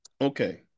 Okay